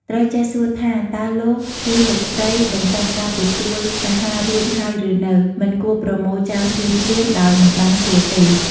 ត្រូវចេះសួរថា "តើលោក ឬ លោកស្រីបញ្ចប់ការទទួលអាហាររួចហើយឬនៅ?" មិនគួរប្រមូលចានភ្លាមៗ ដោយមិនបានសួរទេ។